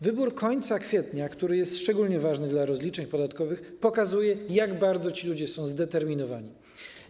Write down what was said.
Wybór końca kwietnia, który jest szczególnie ważny dla rozliczeń podatkowych, pokazuje, jak bardzo ci ludzie są zdeterminowani.